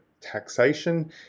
taxation